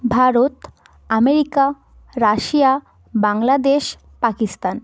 Bharat America Russia Bangladesh Pakistan